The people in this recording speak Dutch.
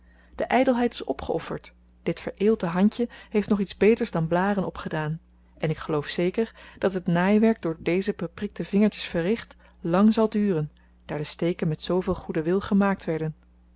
de ijdelheid is opgeofferd dit vereelte handje heeft nog iets beters dan blaren opgedaan en ik geloof zeker dat het naaiwerk door deze beprikte vingertjes verricht lang zal duren daar de steken met zooveel goeden wil gemaakt werden